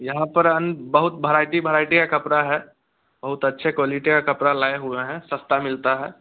यहाँ पर हम बहुत भैरायटी भैरायटी का कपड़ा है बहुत अच्छे क्वालिटी का कपड़ा लाए हुए हैं सस्ता मिलता है